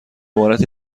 عبارت